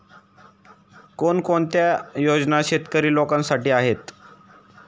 कोणकोणत्या योजना शेतकरी लोकांसाठी आहेत?